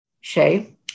Shay